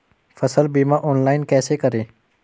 फसल बीमा ऑनलाइन कैसे करें?